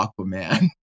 aquaman